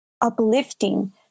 uplifting